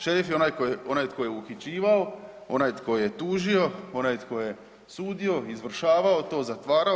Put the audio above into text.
Šerif je onaj tko je uhićivao, onaj tko je tužio, onaj tko je sudio, izvršavao, zatvarao.